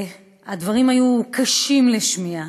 הדברים היו קשים לשמיעה,